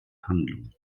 handlung